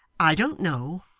i don't know,